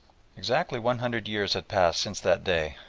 exactly one hundred years had passed since that day,